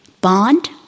bond